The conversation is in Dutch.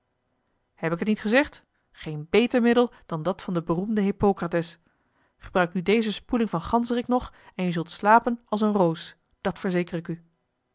heb ik het niet gezegd geen beter middel dan dat van den beroemden hippocrates gebruik nu deze spoeling van ganzerik nog en je zult slapen als een roos dat verzeker ik u